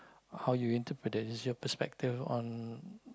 how you interpret it is your perspective on